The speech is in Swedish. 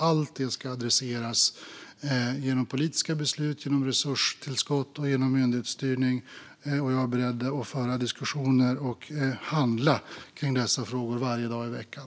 Allt det ska adresseras genom politiska beslut, genom resurstillskott och genom myndighetsstyrning. Jag är beredd att föra diskussioner och handla i dessa frågor varje dag i veckan.